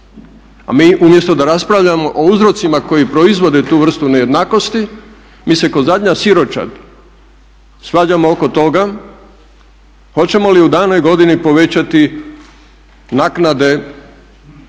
A mi umjesto da raspravljamo o uzrocima koji proizvode tu vrstu nejednakosti mi se kao zadnja siročad svađamo oko toga hoćemo li u danoj godini povećati naknade samcima,